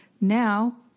Now